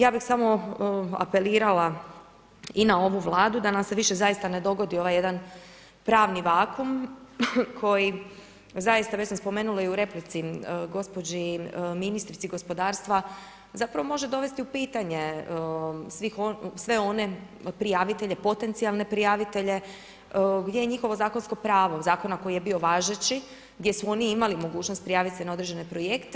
Ja bih samo apelirala i na ovu Vladu da nam se više zaista ne dogodi ovaj jedan pravni vakuum koji zaista već sam spomenula i u replici gospođi ministrici gospodarstva, zapravo može dovesti u pitanje sve one prijavitelje, potencijalne prijavitelje gdje je njihovo zakonsko pravo, zakona koji je bio važeći, gdje su oni imali mogućnost prijavit se na određene projekte.